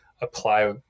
apply